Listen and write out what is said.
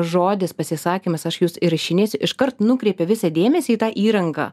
žodis pasisakymas aš jus ir įrašinėsiu iškart nukreipė visą dėmesį į tą įrangą